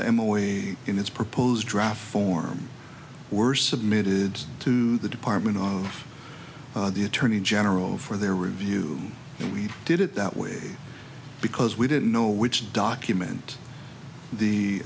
them away in its proposed draft form were submitted to the department of the attorney general for their review and we did it that way because we didn't know which document the